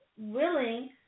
willing